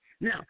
Now